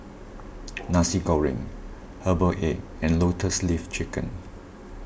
Nasi Goreng Herbal Egg and Lotus Leaf Chicken